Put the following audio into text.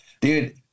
dude